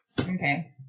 Okay